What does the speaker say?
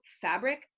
fabric